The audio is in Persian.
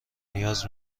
نیاز